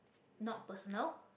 not personal